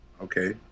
Okay